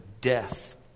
death